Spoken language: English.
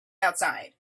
outside